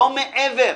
לא מעבר.